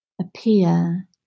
appear